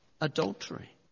adultery